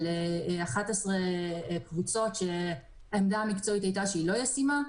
11 קבוצות שהעמדה המקצועית הייתה שהיא לא ישימה,